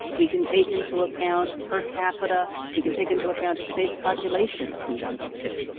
we can take into account per capita. we can take into account a state's population if we wanted to.